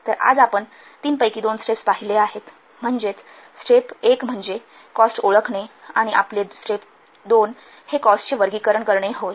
तर आज आपण तीन पैकी दोन स्टेप्स पाहिले आहेत म्हणजेच स्टेप १ म्हणजे कॉस्ट ओळखणे आणि आपले स्टेप २ हे कॉस्टचे वर्गीकरण करणे होय